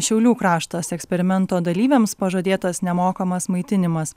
šiaulių kraštas eksperimento dalyviams pažadėtas nemokamas maitinimas